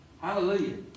Hallelujah